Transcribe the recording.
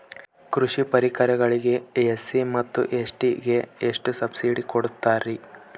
ಕೃಷಿ ಪರಿಕರಗಳಿಗೆ ಎಸ್.ಸಿ ಮತ್ತು ಎಸ್.ಟಿ ಗೆ ಎಷ್ಟು ಸಬ್ಸಿಡಿ ಕೊಡುತ್ತಾರ್ರಿ?